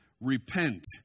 Repent